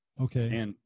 Okay